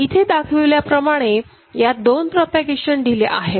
इथे दाखविल्याप्रमाणे यात दोन प्रोपागेशन डिले आहेत